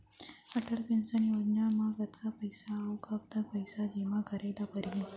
Atal pension योजना म कतका पइसा, अऊ कब तक पइसा जेमा करे ल परही?